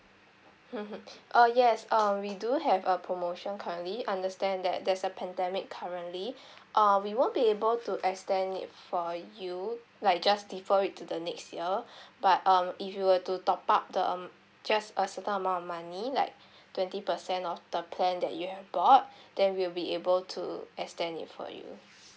mmhmm oh yes uh we do have a promotion currently understand that there's a pandemic currently uh we won't be able to extend it for you like just defer it to the next year but um if you were to top up the um just a certain amount of money like twenty percent of the plan that you have got then we'll be able to extend it for you